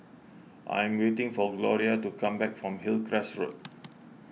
I am waiting for Gloria to come back from Hillcrest Road